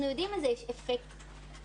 (היו"ר רם שפע)